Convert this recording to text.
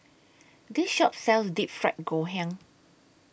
This Shop sells Deep Fried Ngoh Hiang